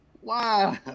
Wow